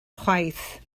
chwaith